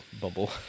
bubble